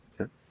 Okay